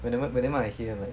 whenever whenever I hear that